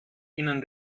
ihnen